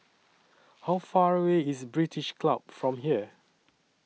How Far away IS British Club from here